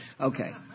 okay